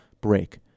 break